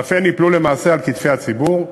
ואף הן ייפלו למעשה על כתפי הציבור.